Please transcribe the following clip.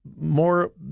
more